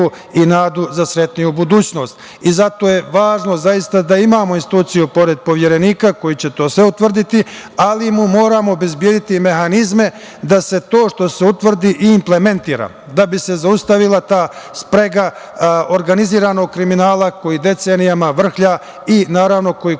i nadu za srećniju budućnost. Zato je važno zaista da imamo instituciju pored poverenika koji će to sve utvrditi, ali mi moramo obezbediti mehanizme da se to što se utvrdi i implementira, da bi se zaustavila ta sprega organizovanog kriminala koji decenijama vrhlja i naravno koji